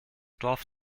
dorf